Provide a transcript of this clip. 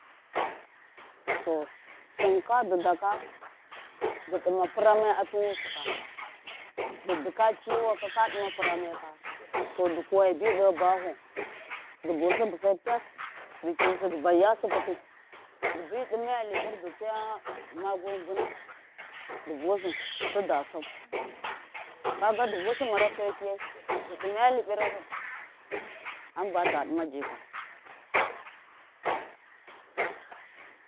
to sum kwa di da ka du ɗuma puramai atuwusika di dikaya ciwaka kaduma purameka to du kuwa bi de bafo du busi busai fas du bi dimaya hibir du. kiyusi di baiya asibiti du bi dimaya liɓir du tsaya magunguna du busi ti da sau ka di bu simara saukiyai di ɗimaya libirarau hamba da dima jika.